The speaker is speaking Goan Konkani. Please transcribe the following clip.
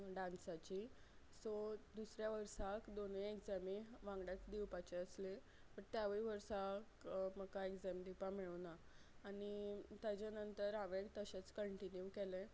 डान्साची सो दुसऱ्या वर्साक दोनय एग्जामी वांगडाच दिवपाचें आसलें बट त्यावय वर्साक म्हाका एग्जॅम दिवपा मेळूं ना आनी ताजे नंतर हांवेन तशेंच कंटिन्यू केलें